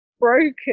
broken